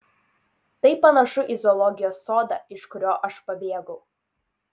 tai panašu į zoologijos sodą iš kurio aš pabėgau